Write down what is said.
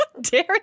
dare